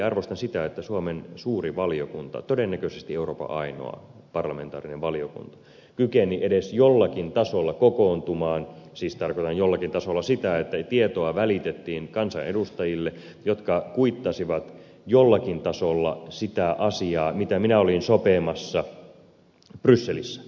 arvostan sitä että suomen suuri valiokunta todennäköisesti euroopan ainoa parlamentaarinen valiokunta kykeni edes jollakin tasolla kokoontumaan siis tarkoitan jollakin tasolla sitä että tietoa välitettiin kansanedustajille jotka kuittasivat jollakin tasolla sitä asiaa mitä minä olin sopimassa brysselissä